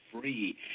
free